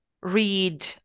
read